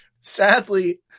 sadly